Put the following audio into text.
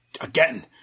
again